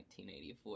1984